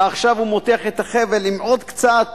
ועכשיו הוא מותח את החבל עם עוד קצת